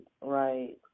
right